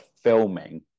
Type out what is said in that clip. filming